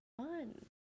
fun